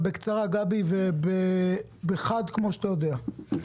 רק בקצרה גבי, וחד כמו שאתה יודע.